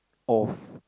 of